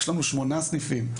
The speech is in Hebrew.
יש לנו 8 סניפים.